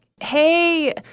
Hey